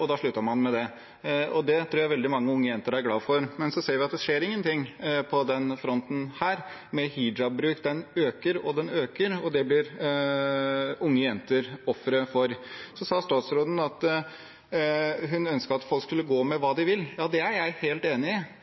og da sluttet man med det. Det tror jeg veldig mange unge jenter er glad for. Men vi ser at det ikke skjer noe med hijabbruk på denne fronten. Den bruken øker og øker, og det blir unge jenter ofre for. Statsråden sa hun ønsket at folk skal gå med hva de vil. Ja, det er jeg helt enig i,